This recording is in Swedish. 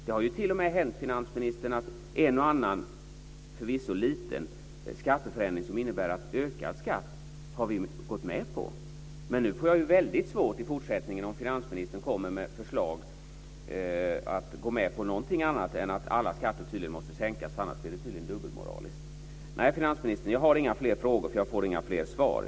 Det har ju t.o.m. hänt, finansministern, att vi har gått med på en och annan, förvisso liten, skatteförändring som innebär ökad skatt. Men om finansministern kommer med förslag får jag väldigt svårt att i fortsättningen gå med på någonting annat än att alla skatter tydligen måste sänkas. Annars blir det tydligen dubbelmoraliskt. Nej, finansministern, jag har inga fler frågor, därför att jag inte får några fler svar.